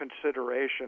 consideration